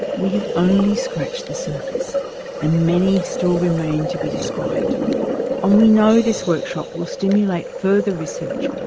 we have only scratched the surface and many still remain to be described and we know this workshop will stimulate further research,